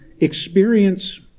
experience